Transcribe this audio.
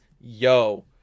yo